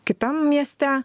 kitam mieste